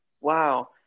wow